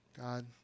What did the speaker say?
God